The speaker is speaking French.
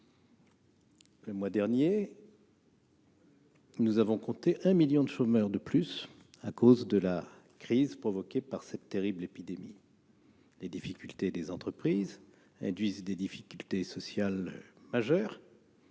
Le mois dernier, nous avons compté un million de chômeurs de plus à cause de la crise provoquée par cette terrible épidémie. Les difficultés des entreprises induisent des difficultés sociales majeures,